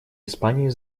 испании